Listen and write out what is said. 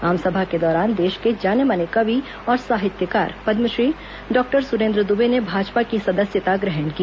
आमसभा के दौरान देश के जानें माने कवि और साहित्यकार पद्मश्री डॉक्टर सुरेन्द्र दुबे ने भाजपा की सदस्यता ग्रहण की